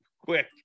Quick